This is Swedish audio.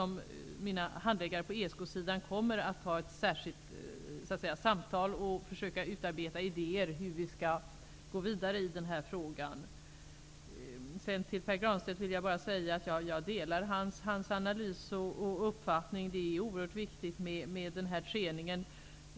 Mina handläggare på ESK-sidan kommer att ha ett särskilt samtal och att försöka utarbeta idéer om hur vi skall gå vidare i den här frågan. Till Pär Granstedt vill jag bara säga att jag delar hans uppfattning och att jag gör samma analys. Det är oerhört viktigt med den här träningen.